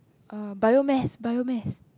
err biomass biomass